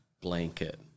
blanket